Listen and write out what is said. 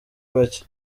bake